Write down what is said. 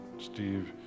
Steve